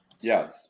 Yes